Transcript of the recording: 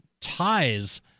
ties